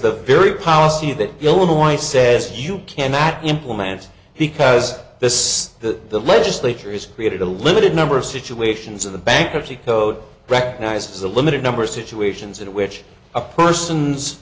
the very policy that illinois says you cannot implement because this the legislature is created a limited number of situations of the bankruptcy code recognizes a limited number of situations in which a person's